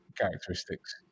characteristics